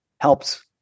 helps